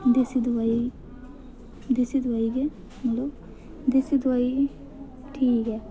जेह्ड़ी असें दोआई देसी दोआई लेदी देसी दोआई ठीक ऐ